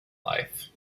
life